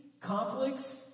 conflicts